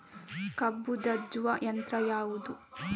ಕಬ್ಬು ಜಜ್ಜುವ ಯಂತ್ರ ಯಾವುದು?